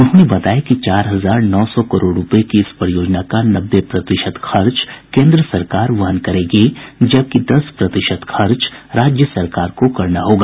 उन्होंने बताया कि चार हजार नौ सौ करोड़ रूपये की इस परियोजना का नब्बे प्रतिशत खर्च केन्द्र सरकार वहन करेगी जबकि दस प्रतिशत खर्च राज्य सरकार को करना होगा